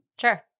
Sure